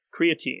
creatine